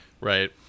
Right